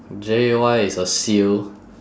J Y is a seal